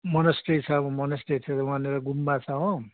monastery छ अब monastery वहाँनिर गुम्बा छ हो